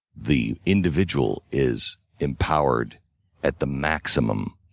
the individual is empowered at the maximum,